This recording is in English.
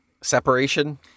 separation